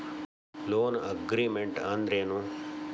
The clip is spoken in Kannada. ಲೊನ್ಅಗ್ರಿಮೆಂಟ್ ಅಂದ್ರೇನು?